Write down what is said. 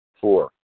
Four